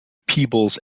peebles